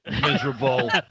miserable